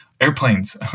airplanes